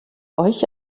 euch